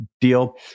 deal